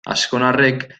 azkonarrek